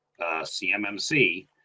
CMMC